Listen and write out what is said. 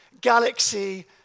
galaxy